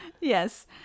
yes